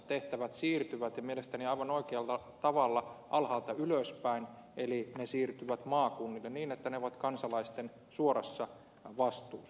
tehtävät siirtyvät ja mielestäni aivan oikealla tavalla alhaalta ylöspäin eli ne siirtyvät maakunnille niin että ne ovat kansalaisten suorassa vastuussa